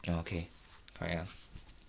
ya okay correct ah